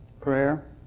Prayer